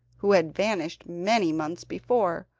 who had vanished many months before,